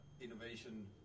innovation